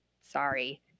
Sorry